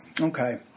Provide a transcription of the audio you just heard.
Okay